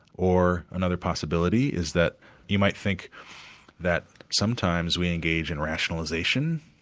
or another possibility is that you might think that sometimes we engage in rationalisation,